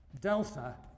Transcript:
delta